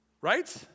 right